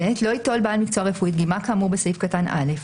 (ב) לא ייטול בעל מקצוע רפואי דגימות כאמור בסעיף קטן (א),